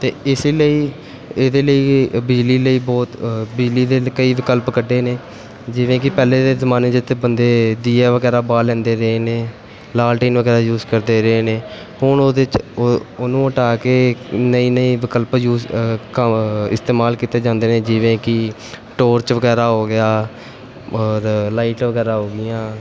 ਅਤੇ ਇਸ ਲਈ ਇਹਦੇ ਲਈ ਬਿਜਲੀ ਲਈ ਬਹੁਤ ਬਿਜਲੀ ਦੇ ਕਈ ਵਿਕਲਪ ਕੱਢੇ ਨੇ ਜਿਵੇਂ ਕਿ ਪਹਿਲੇ ਦੇ ਜ਼ਮਾਨੇ 'ਚ ਇੱਥੇ ਬੰਦੇ ਦੀਏ ਵਗੈਰਾ ਬਾਲ ਲੈਂਦੇ ਨੇ ਨੇ ਲਾਲਟੈਨ ਵਗੈਰਾ ਯੂਸ ਕਰਦੇ ਰਹੇ ਨੇ ਹੁਣ ਉਹਦੇ 'ਚ ਓ ਓਹਨੂੰ ਹਟਾ ਕੇ ਨਏ ਨਏ ਵਿਕਲਪ ਯੂਸ ਇਸਤੇਮਾਲ ਕੀਤੇ ਜਾਂਦੇ ਨੇ ਜਿਵੇਂ ਕਿ ਟੋਰਚ ਵਗੈਰਾ ਹੋ ਗਿਆ ਔਰ ਲਾਈਟਾਂ ਵਗੈਰਾ ਹੋ ਗੀਆਂ